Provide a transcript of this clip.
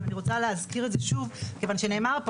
אבל אני רוצה להזכיר את זה שוב מכיוון שנאמר פה